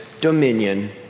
dominion